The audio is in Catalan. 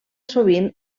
sovint